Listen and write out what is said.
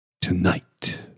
Tonight